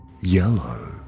yellow